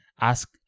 ask